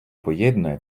поєднує